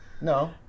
No